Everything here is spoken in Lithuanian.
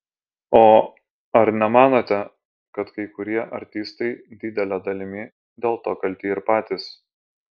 o ar nemanote kad kai kurie artistai didele dalimi dėl to kalti ir patys